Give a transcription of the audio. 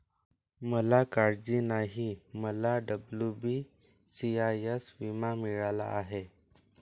मला काळजी नाही, मला डब्ल्यू.बी.सी.आय.एस विमा मिळाला आहे